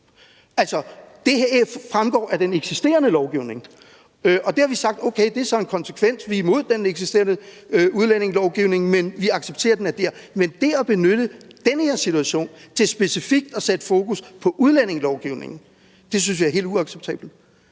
Det fremgår af den eksisterende lovgivning, og det har vi sagt er en konsekvens. Vi er imod den eksisterende udlændingelovgivning, men vi accepterer, at den er der. Men det at benytte den her situation til specifikt at sætte fokus på udlændingelovgivning synes vi er helt uacceptabelt